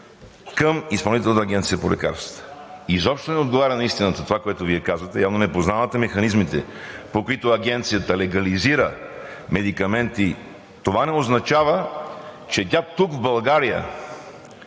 към Изпълнителната агенция по лекарства, че тя изобщо не отговаря на истината това, което Вие казвате. Явно не познавате механизмите, по които Агенцията легализира медикаменти. Това не означава, че тук в България